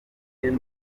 bwite